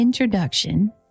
introduction